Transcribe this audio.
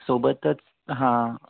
सोबतच हां